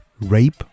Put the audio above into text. rape